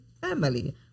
Family